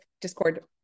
discord